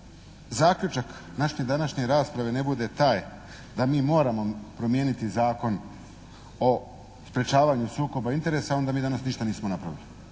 zaključak naše današnje rasprave ne bude taj da mi moramo promijeniti Zakon o sprečavanju sukoba interesa, onda mi danas ništa nismo napravili.